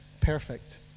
perfect